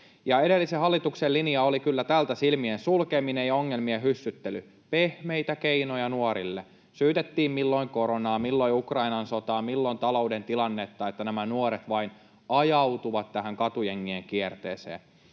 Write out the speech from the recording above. Edellisen hallituksen linja oli kyllä tältä silmien sulkeminen ja ongelmien hyssyttely: pehmeitä keinoja nuorille, syytettiin milloin koronaa, milloin Ukrainan sotaa, milloin talouden tilannetta siitä, että nämä nuoret vain ajautuvat tähän katujengien kierteeseen.